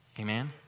Amen